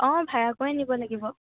অঁ ভাড়াকৈয়ে নিব লাগিব